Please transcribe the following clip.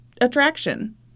attraction